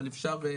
אבל אפשר.